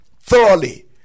thoroughly